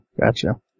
gotcha